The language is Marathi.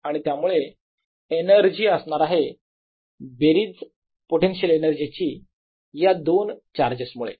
आणि त्यामुळे एनर्जी असणार आहे बेरीज पोटेन्शियल एनर्जी ची या दोन चार्जेस मुळे